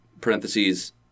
Parentheses